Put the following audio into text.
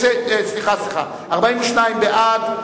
42 בעד,